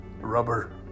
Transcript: rubber